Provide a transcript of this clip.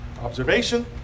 Observation